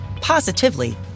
positively